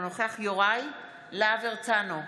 אינו נוכח יוראי להב הרצנו,